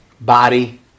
body